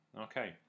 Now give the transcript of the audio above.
Okay